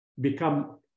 become